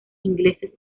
ingleses